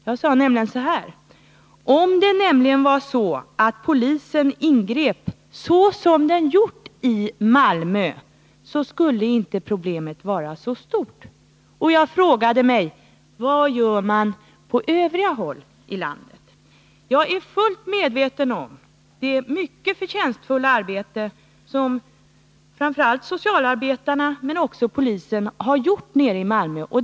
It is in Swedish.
Jag sade så här: Om det nämligen var så att polisen i Stockholm, Göteborg och andra städer ingrep som den gjort i t.ex. Malmö, skulle inte problemet vara så stort som det är i dag. Jag är fullt medveten om det mycket förtjänstfulla arbete som framför allt socialarbetarna men också polisen har gjort i Malmö.